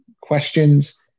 questions